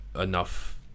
enough